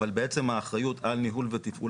אבל בעצם האחריות על ניהול ותפעול